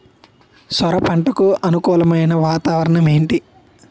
సొర పంటకు అనుకూలమైన వాతావరణం ఏంటి?